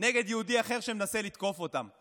נגד יהודי אחר שמנסה לתקוף אותם.